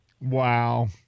Wow